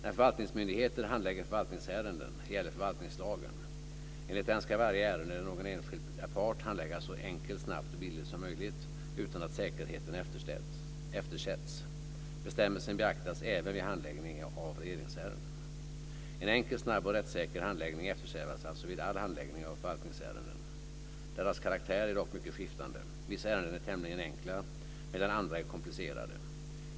När förvaltningsmyndigheter handlägger förvaltningsärenden gäller förvaltningslagen. Enligt den ska varje ärende där någon enskild är part handläggas så enkelt, snabbt och billigt som möjligt utan att säkerheten eftersätts. Bestämmelsen beaktas även vid handläggningen av regeringsärenden. En enkel, snabb och rättssäker handläggning eftersträvas alltså vid all handläggning av förvaltningsärenden. Deras karaktär är dock mycket skiftande. Vissa ärenden är tämligen enkla, medan andra är komplicerade.